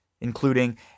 Including